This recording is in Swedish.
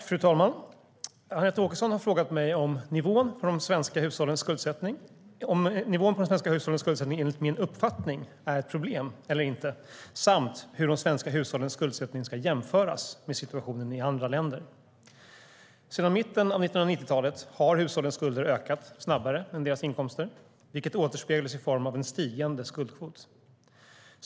Fru talman! Anette Åkesson har frågat mig om nivån på de svenska hushållens skuldsättning enligt min uppfattning är ett problem eller inte, samt hur de svenska hushållens skuldsättning ska jämföras med situationen i andra länder. Sedan mitten av 1990-talet har hushållens skulder ökat snabbare än deras inkomster, vilket återspeglas i form av en stigande skuldkvot.